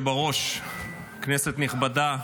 כולנו מחכים ליום שכל אחד ואחת מהם יחזרו הביתה.